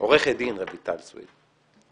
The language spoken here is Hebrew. אני